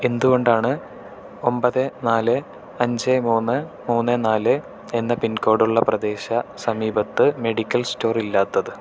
എന്തുകൊണ്ടാണ് ഒമ്പത് നാല് അഞ്ച് മൂന്ന് മൂന്ന് നാലേ എന്ന പിൻകോഡുള്ള പ്രദേശസമീപത്ത് മെഡിക്കൽ സ്റ്റോർ ഇല്ലാത്തത്